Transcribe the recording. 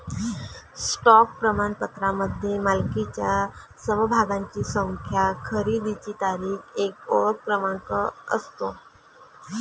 stock प्रमाणपत्रामध्ये मालकीच्या समभागांची संख्या, खरेदीची तारीख, एक ओळख क्रमांक असतो